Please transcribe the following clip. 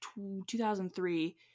2003